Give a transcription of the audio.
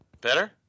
Better